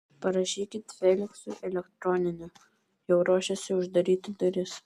parašykit feliksui elektroninį jau ruošėsi uždaryti duris